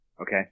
okay